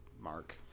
mark